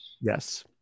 Yes